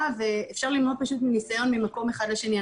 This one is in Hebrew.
ואפשר ללמוד פשוט מהניסיון ממקום אחד לשני.